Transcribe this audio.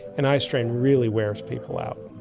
and eye strain really wears people out,